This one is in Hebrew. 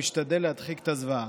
והוא משתדל להדחיק את הזוועה.